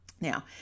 Now